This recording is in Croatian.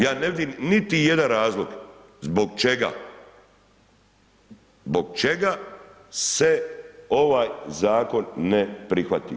Ja ne vidim niti jedan razlog zbog čega, zbog čega se ovaj zakon ne prihvati?